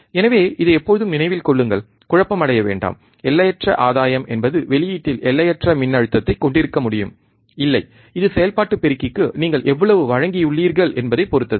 எனவே இதை எப்போதும் நினைவில் கொள்ளுங்கள் குழப்பமடைய வேண்டாம் எல்லையற்ற ஆதாயம் என்பது வெளியீட்டில் எல்லையற்ற மின்னழுத்தத்தைக் கொண்டிருக்க முடியும் இல்லை இது செயல்பாட்டு பெருக்கிக்கு நீங்கள் எவ்வளவு வழங்கியுள்ளீர்கள் என்பதைப் பொறுத்தது